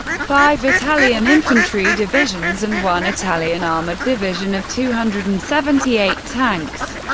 five italian infantry divisions, and one italian armoured division of two hundred and seventy eight tanks.